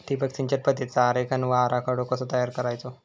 ठिबक सिंचन पद्धतीचा आरेखन व आराखडो कसो तयार करायचो?